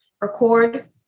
record